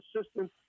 assistance